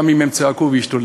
גם אם הם צעקו והשתוללו.